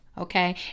okay